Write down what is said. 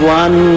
one